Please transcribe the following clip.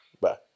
Bye